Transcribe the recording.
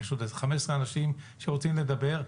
יש עוד 15 אנשים שרוצים לדבר.